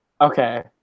Okay